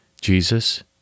Jesus